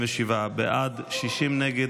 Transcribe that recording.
47 בעד, 60 נגד.